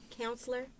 counselor